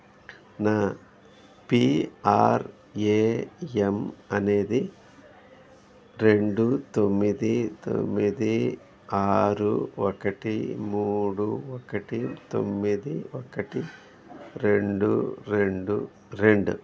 నా పీఆర్ఏఎమ్ అనేది రెండు తొమ్మిది తొమ్మిది ఆరు ఒకటి మూడు ఒకటి తొమ్మిది ఒకటి రెండు రెండు రెండు